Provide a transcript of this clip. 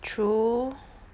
true